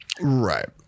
Right